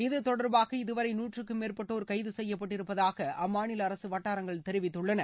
இது தொடர்பாக இதுவரை நுற்றுக்கும் மேற்பட்டோர் கைது செய்யப்பட்டிருப்பதாக அம்மாநில அரசு வட்டாரங்கள் தெரிவித்துள்ளன